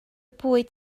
bwyd